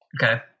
Okay